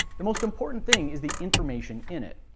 the most important thing is the information in it.